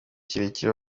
kirekire